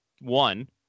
one